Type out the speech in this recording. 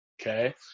Okay